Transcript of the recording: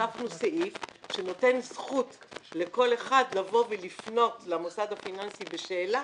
הוספנו סעיף שנותן זכות לכל אחד לבוא ולפנות למוסד הפיננסי בשאלה: